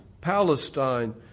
Palestine